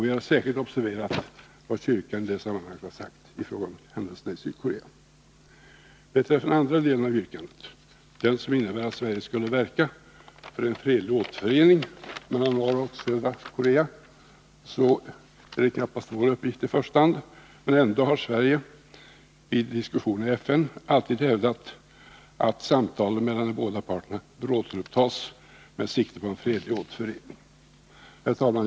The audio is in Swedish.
Vi har särskilt observerat vad kyrkan har sagt i det sammanhanget i fråga om händelserna i Sydkorea. Beträffande den andra delen av yrkandet, som innebär att Sverige skulle verka för en fredlig återförening mellan Nordkorea och Sydkorea, så är det knappast vår uppgift i första hand. Men ändå har Sverige vid diskussioner i FN alltid hävdat att samtal mellan de båda parterna bör återupptas med sikte på en fredlig återförening. Herr talman!